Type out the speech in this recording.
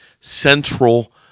central